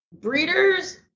breeders